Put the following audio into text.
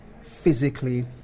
physically